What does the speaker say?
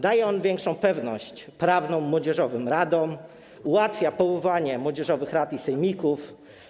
Daje on większą pewność prawną młodzieżowym radom, ułatwia powoływanie młodzieżowych rad i sejmików.